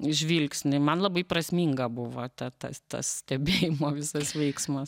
žvilgsnį man labai prasminga buvo ta tas tas stebėjimo visas veiksmas